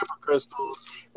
crystals